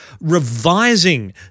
revising